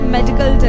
Medical